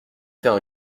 faire